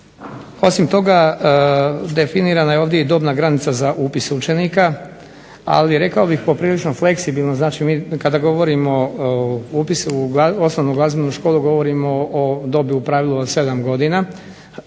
osim toga definirana je ovdje i dobna granica za upis učenika, ali rekao bih poprilično fleksibilno, znači mi kada govorimo o upisu u osnovnu glazbenu školu govorimo o dobi u pravilu od 7 godina,